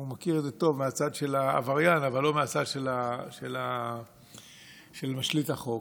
הוא מכיר את זה טוב מהצד של העבריין אבל לא מהצד של משליט החוק.